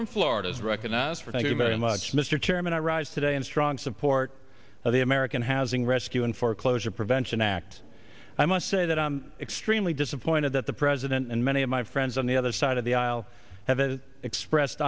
from florida is recognized for thank you very much mr chairman i rise today in strong support of the american housing rescue and foreclosure prevention act i must say that i'm extremely disappointed that the president and many of my friends on the other side of the aisle have a expressed